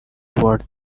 toward